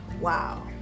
wow